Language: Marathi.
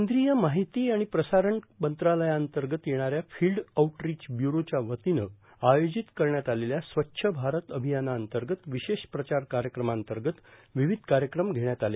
केंद्रीय माहिती आणि प्रसारण मंत्रालयांतर्गत येणाऱ्या फिल्ड आउटरीच ब्यूरोच्या वतीनं आयोजित करण्यात आलेल्या स्वच्छ भारत अभियानाअंतर्गत विशेष प्रचार कार्यक्रमांतर्गत विविध कार्यक्रम घेण्यात आले